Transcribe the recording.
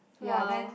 !wow!